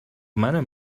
منم